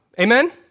Amen